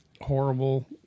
horrible